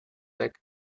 weg